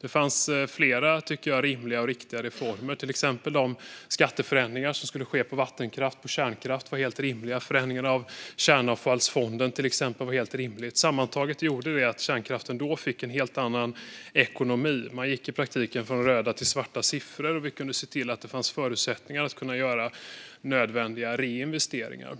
Det fanns flera rimliga och riktiga reformer. Till exempel var de skatteförändringar som skulle ske på vattenkraft och kärnkraft helt rimliga. Förändringen av Kärnavfallsfonden var helt rimlig. Sammantaget gjorde det att kärnkraften fick en helt annan ekonomi. Den gick i praktiken från röda till svarta siffror. Vi kunde också se till att det fanns förutsättningar för att göra nödvändiga reinvesteringar.